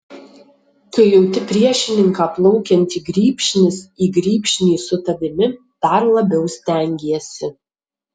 kai jauti priešininką plaukiantį grybšnis į grybšnį su tavimi dar labiau stengiesi